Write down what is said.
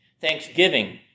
Thanksgiving